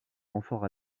renforts